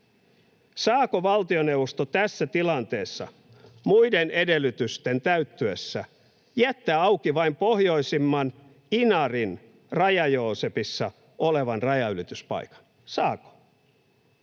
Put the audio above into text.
Saako valtioneuvosto tässä tilanteessa muiden edellytysten täyttyessä jättää auki vain pohjoisimman, Inarin Raja-Joosepissa olevan rajanylityspaikan? Saako?